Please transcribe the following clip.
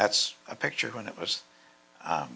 that's a picture when it was